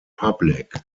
public